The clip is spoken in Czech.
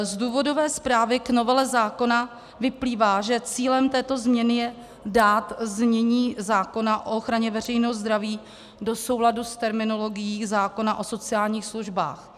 Z důvodové zprávy k novele zákona vyplývá, že cílem této změny je dát znění zákona o ochraně veřejného zdraví do souladu s terminologií zákona o sociálních službách.